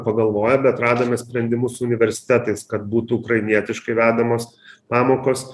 pagalvoję bet radome sprendimus su universitetais kad būtų ukrainietiškai vedamos pamokos